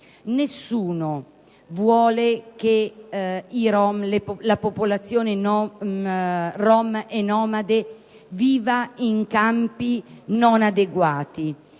Nessuno vuole che la popolazione rom e nomade viva in campi non adeguati,